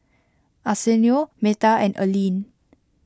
Arsenio Meta and Alleen